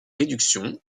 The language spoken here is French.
réduction